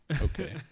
okay